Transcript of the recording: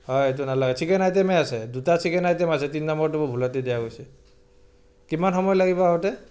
হয় এইটো নালাগে চিকেন আইটেমে আছে দুটা চিকেন আইটেম আছে তিনি নম্বৰটো মোৰ ভুলতে দিয়া গৈছে কিমান সময় লাগিব আহোঁতে